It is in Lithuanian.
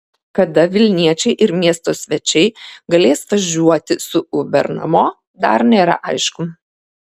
kada vilniečiai ir miesto svečiai galės važiuoti su uber namo dar nėra aišku